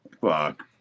Fuck